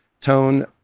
tone